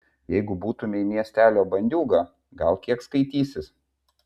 jeigu būtumei miestelio bandiūga gal kiek skaitysis